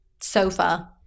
sofa